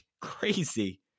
Crazy